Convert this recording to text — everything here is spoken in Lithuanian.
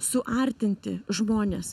suartinti žmones